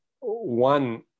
One